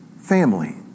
family